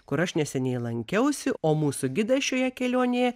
kur aš neseniai lankiausi o mūsų gidas šioje kelionėje